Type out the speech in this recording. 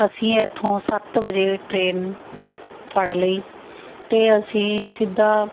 ਅਸੀਂ ਇੱਥੋਂ ਸੱਤ ਵਜੇ ਟਰੇਨ ਫੜ ਲਈ ਅਤੇ ਅਸੀਂ ਸਿੱਧਾ